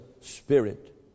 spirit